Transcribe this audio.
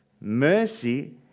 Mercy